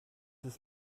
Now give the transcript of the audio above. ist